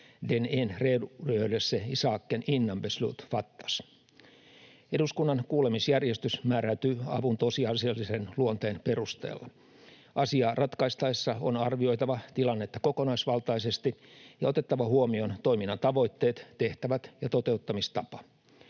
den en redogörelse i saken innan beslut fattas. Eduskunnan kuulemisjärjestys määräytyy avun tosiasiallisen luonteen perusteella. Asiaa ratkaistaessa on arvioitava tilannetta kokonaisvaltaisesti ja otettava huomioon toiminnan tavoitteet, tehtävät ja toteuttamistapa.